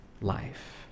life